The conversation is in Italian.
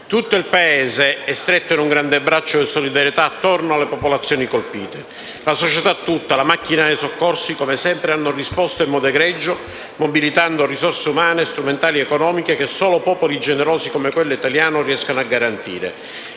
Tutto il Paese si è stretto in un grande abbraccio di solidarietà attorno alle popolazioni colpite. La società tutta e la macchina dei soccorsi, come sempre, hanno risposto in modo egregio mobilitando risorse umane, strumentali ed economiche che solo popoli generosi come quello italiano riescono a garantire.